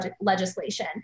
legislation